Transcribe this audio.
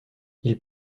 ils